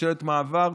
כממשלת מעבר,